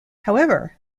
however